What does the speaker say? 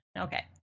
okay